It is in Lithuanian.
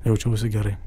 jaučiausi gerai